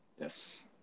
Yes